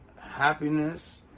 happiness